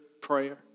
prayer